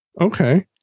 Okay